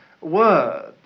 Word